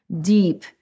deep